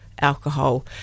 alcohol